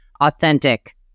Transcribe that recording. authentic